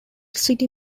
city